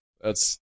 That's-